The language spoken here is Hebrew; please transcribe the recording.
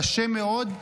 קשה מאוד,